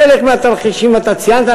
חלק מהתרחישים אתה ציינת,